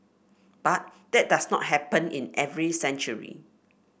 but that does not happen in every century